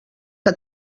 que